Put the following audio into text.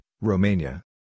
Romania